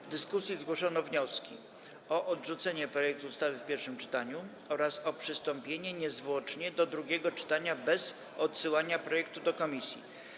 W dyskusji zgłoszono wnioski: o odrzucenie projektu ustawy w pierwszym czytaniu oraz o przystąpienie niezwłocznie do drugiego czytania, bez odsyłania projektu do komisji.